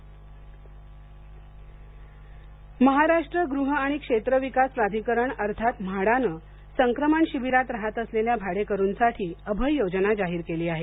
म्हाडा अभय योजना महाराष्ट्र गृह आणि क्षेत्र विकास प्राधिकरण अर्थात म्हाडाने संक्रमण शिबिरात राहात असलेल्या भाडेकरूंसाठी अभय योजना जाहीर केली आहे